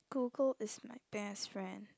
Google is my best friend